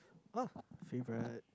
!wah! favourite